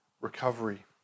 recovery